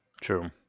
true